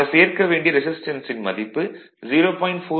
ஆக சேர்க்க வேண்டிய ரெசிஸ்டன்ஸின் மதிப்பு 0